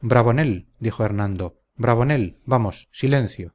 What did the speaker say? bravonel dijo hernando bravonel vamos silencio